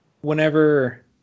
whenever